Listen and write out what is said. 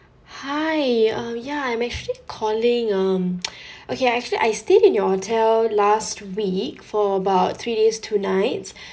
hi um ya I'm actually calling um okay actually I stayed in your hotel last week for about three days two nights